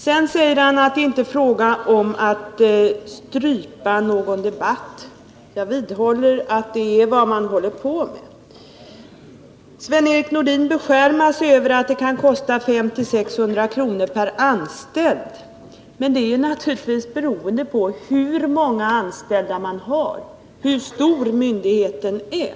Sedan säger han att det inte är fråga om att strypa någon debatt. Jag vidhåller att det är vad man håller på med. Sven-Erik Nordin beskärmar sig över att det kan kosta 500-600 kr. per anställd att ge ut en tidskrift på en myndighet. Men kostnaden är naturligtvis beroende av hur många anställda man har, hur stor myndigheten är.